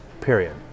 Period